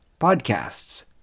podcasts